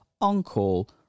on-call